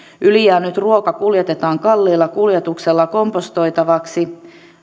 ylijäänyt ruoka kuljetetaan kalliilla kuljetuksella kompostoitavaksi